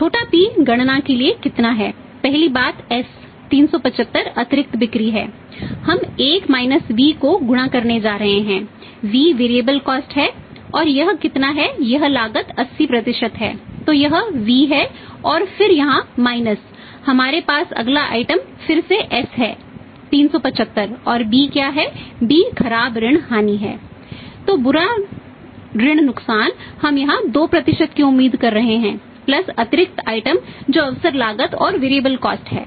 छोटा p गणना के लिए कितना है पहली बात s 375 अतिरिक्त बिक्री है हम 1 माइनस है